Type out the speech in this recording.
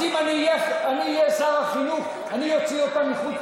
אם היית בא לדיונים היית שומע את